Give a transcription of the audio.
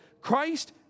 Christ